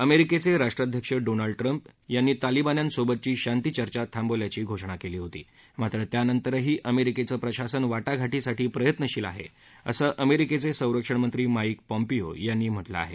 अमेरिकेचे राष्ट्राध्यक्ष Donald Trump यांनी तालिबान्यां सोबतची शांती चर्चा थांबवल्याची घोषणा केली होती मात्र त्यानंतरही अमेरिकेचं प्रशासन वा ाघा ाँपेंसाठी प्रयत्नशील आहे असं अमेरिकेचे संरक्षणमंत्री माईक पॅम्पिओ यांनी म्हा कें आहे